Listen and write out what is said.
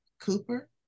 Cooper